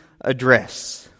address